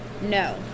No